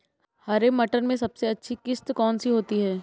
हरे मटर में सबसे अच्छी किश्त कौन सी होती है?